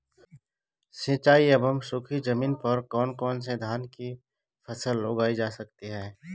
सिंचाई एवं सूखी जमीन पर कौन कौन से धान की फसल उगाई जा सकती है?